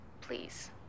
please